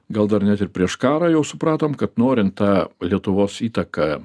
gal dar net ir prieš karą jau supratom kad norint tą lietuvos įtaką